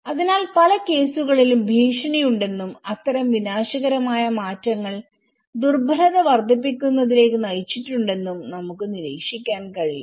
അതിനാൽ പല കേസുകളിലും ഭീഷണിയുണ്ടെന്നും അത്തരം വിനാശകരമായ മാറ്റങ്ങൾ ദുർബലത വർദ്ധിപ്പിക്കുന്നതിലേക്ക് നയിച്ചിട്ടുണ്ടെന്നും നമുക്ക് നിരീക്ഷിക്കാൻ കഴിയും